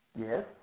Yes